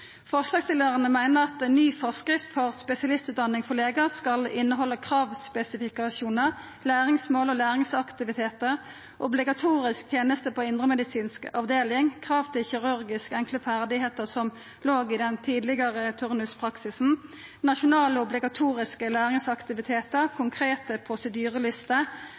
Forslagsstillarane meiner at ei ny forskrift for spesialistutdanning for legar skal innehalda kravspesifikasjonar, læringsmål og læringsaktivitetar, obligatorisk teneste på indremedisinsk avdeling, krav til kirurgisk enkle ferdigheiter som låg i den tidlegare turnuspraksisen, nasjonale obligatoriske læringsaktivitetar, konkrete